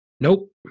Nope